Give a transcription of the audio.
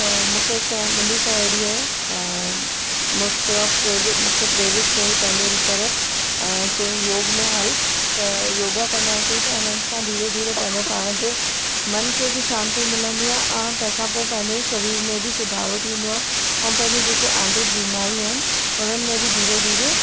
त मूंखे कंहिं मुंहिंजी साहेड़ीअ मोस्ट ऑफ प्रेरित मूंखे प्रेरित कयाईं पंहिंजे तरफ ऐं चयाईं योग में हल त योगा कंदासीं त इन्हनि खां धीरे धीरे करे पाण जे मन खे बि शांती मिलंदी आहे तंहिं खां पोइ पंहिंजे शरीर में बि सुधारो थींदो आहे ऐं पंहिंजे जेके आंतरिक बीमारियूं आहिनि उन्हनि में बि धीरे धीरे